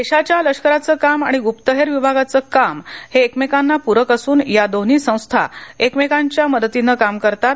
देशाच्या लष्कराचं काम आणि ग्प्पहेर विभागाचे काम हे एकमेकांना पूरक असून या दोन्ही संस्था एकमेकांच्या मदतीने काम करत असतात